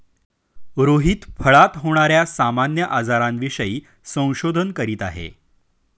रोहित फळात होणार्या सामान्य आजारांविषयी संशोधन करीत आहे